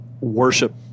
worship